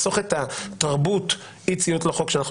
לחסוך את תרבות האי-ציות לחוק שאנחנו